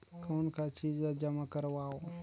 कौन का चीज ला जमा करवाओ?